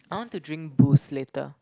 I want to drink boost later